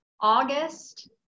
August